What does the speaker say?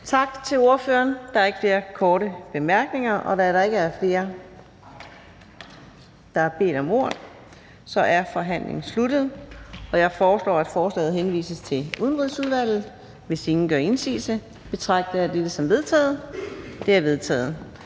Tak til ordføreren. Der er ikke flere korte bemærkninger. Da der ikke er flere, der har bedt om ordet, er forhandlingen slut. Jeg foreslår, at forslaget henvises til Udenrigsudvalget. Hvis ingen gør indsigelse, betragter jeg dette som vedtaget. Det er vedtaget.